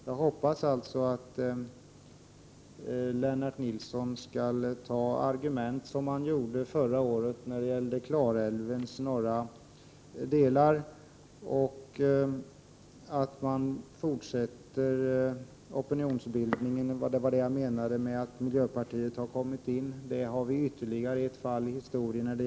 Jag hoppas alltså att Lennart Nilsson skall ta fasta på argument, som han gjorde förra året när det gällde Klarälvens norra delar, och att opinionsbildningen fortsätter. Det var det jag menade när jag poängterade att miljöpartiet har kommit in i bilden. Vi har ytterligare ett fall i historien: Edänge.